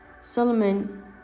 Solomon